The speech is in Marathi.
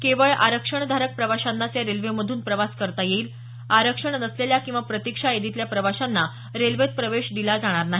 केवळ आरक्षण धारक प्रवाशांनाच या रेल्वेमधून प्रवास करता येईल आरक्षण नसलेल्या किंवा प्रतिक्षा यादीतल्या प्रवाशांना रेल्वेत प्रवेश दिला जाणार नाही